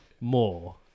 more